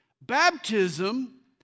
baptism